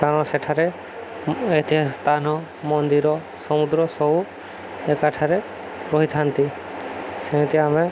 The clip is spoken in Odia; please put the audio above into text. କାରଣ ସେଠାରେ ଐତିହାସ ସ୍ଥାନ ମନ୍ଦିର ସମୁଦ୍ର ସବୁ ଏକାଠାରେ ରହିଥାନ୍ତି ସେମିତି ଆମେ